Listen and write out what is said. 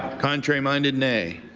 contrary-minded, nay?